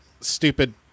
stupid